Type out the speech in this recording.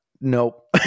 Nope